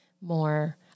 more